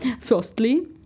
Firstly